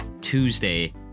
Tuesday